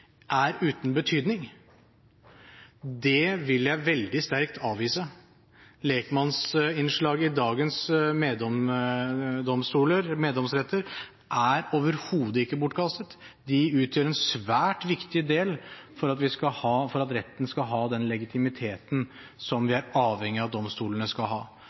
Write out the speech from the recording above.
er uten betydning. Det vil jeg veldig sterkt avvise. Lekmannsinnslaget i dagens meddomsretter er overhodet ikke bortkastet. De utgjør en svært viktig del for at retten skal ha den legitimiteten som vi er avhengig av at domstolene skal ha.